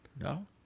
No